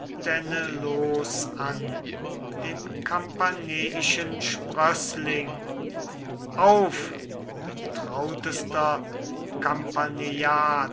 an den kapaneschen sprößling auf o trautester